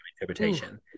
interpretation